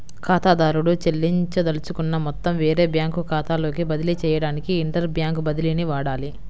ఖాతాదారుడు చెల్లించదలుచుకున్న మొత్తం వేరే బ్యాంకు ఖాతాలోకి బదిలీ చేయడానికి ఇంటర్ బ్యాంక్ బదిలీని వాడాలి